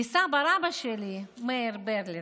לסבא-רבא שלי, מאיר ברלין,